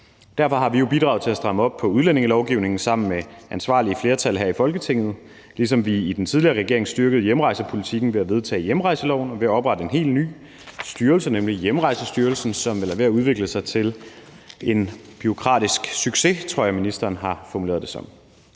Derfor har vi jo bidraget til at stramme op på udlændingelovgivningen sammen med ansvarlige flertal her i Folketinget, ligesom vi i den tidligere regering styrkede hjemrejsepolitikken ved at vedtage hjemrejseloven og ved at oprette en helt ny styrelse, nemlig Hjemrejsestyrelsen, som er ved at udvikle sig til en bureaukratisk succes, som jeg tror ministeren har formuleret det som.